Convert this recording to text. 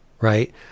right